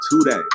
today